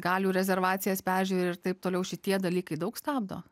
galių rezervacijas peržiūri ir taip toliau šitie dalykai daug stabdo